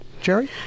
Jerry